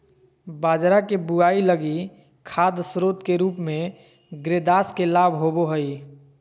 बाजरा के बुआई लगी खाद स्रोत के रूप में ग्रेदास के लाभ होबो हइ